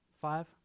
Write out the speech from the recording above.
Five